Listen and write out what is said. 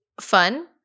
fun